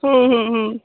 ହୁଁ ହୁଁ ହୁଁ